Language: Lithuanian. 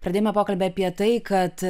pradėjome pokalbį apie tai kad